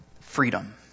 Freedom